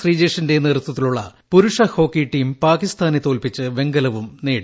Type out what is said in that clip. ശ്രീജേഷിന്റെ നേതൃത്വത്തിലുള്ള പുരുഷ hockey team പാകിസ്ഥാനെ തോൽപ്പിച്ച് വെങ്കവും നേടി